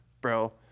bro